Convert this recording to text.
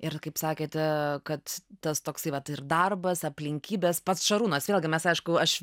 ir kaip sakėte kad tas toksai vat ir darbas aplinkybės pats šarūnas vėlgi mes aišku aš